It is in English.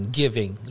giving